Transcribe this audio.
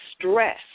stress